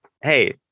Hey